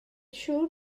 siŵr